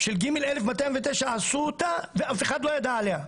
של ג/1209 הרסו אותה ואף אחד לא ידע עליה.